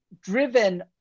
driven